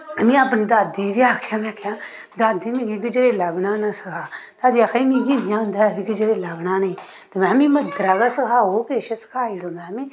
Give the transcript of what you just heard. में अपनी दादी गी बी आखेआ में आखेआ दादी मिगी गजरेला बनाना सखा दादी आक्खा दी मिगी निं औंदा ऐ बी गजरेला बनाने गी ते महैं मी मदरा गै सखाओ किश सखाई ओड़ो महैं मी